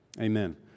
amen